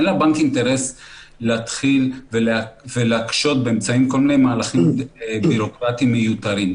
אין לבנק אינטרס להקשות באמצעות כל מיני מהלכים ביורוקרטיים מיותרים.